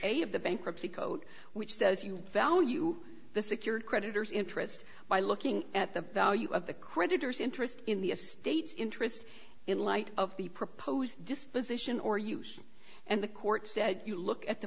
eight of the bankruptcy code which says you value the secured creditors interest by looking at the value of the creditors interest in the state's interest in light of the post disposition or use and the court said you look at the